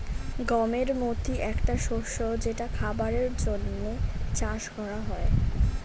গমের মতি একটা শস্য যেটা খাবারের জন্যে চাষ করা হয়